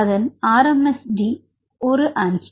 அதன் RMSD 1 Angstrom